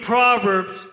Proverbs